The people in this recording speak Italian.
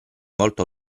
volto